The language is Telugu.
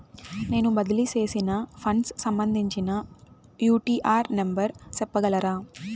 నేను బదిలీ సేసిన ఫండ్స్ సంబంధించిన యూ.టీ.ఆర్ నెంబర్ సెప్పగలరా